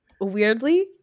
Weirdly